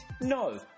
No